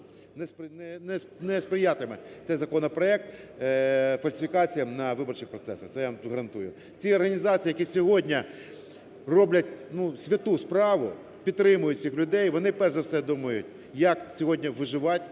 Не сприятиме цей законопроект фальсифікаціям на виборчих процесах, це я вам гарантую. Ті організації, які сьогодні роблять, ну, святу справу, підтримують цих людей, вони, перш за все думають, як сьогодні виживать